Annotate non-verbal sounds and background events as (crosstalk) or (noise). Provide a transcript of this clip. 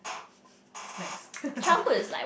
(breath) snacks (laughs)